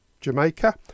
Jamaica